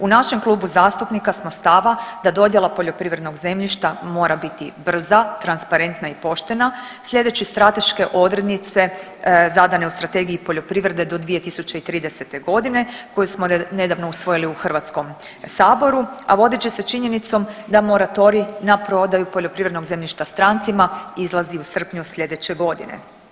U našem klubu zastupnika smo stava da dodjela poljoprivrednog zemljišta mora biti brza, transparenta i poštena slijedeći strateške odrednice zadane u Strategiji poljoprivrede do 2030. koje smo nedavno usvojili u HS, a vodit će se činjenicom da moratorij na prodaju poljoprivrednog zemljišta strancima izlazi u srpnju slijedeće godine.